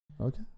Okay